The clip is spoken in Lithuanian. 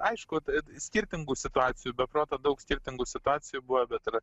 aišku skirtingų situacijų be proto daug skirtingų situacijų buvo bet ir